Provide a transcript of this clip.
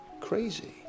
crazy